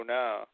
now